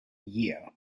year